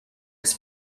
its